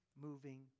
moving